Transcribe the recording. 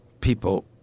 people